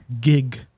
gig